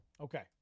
Okay